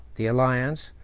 the alliance,